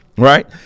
Right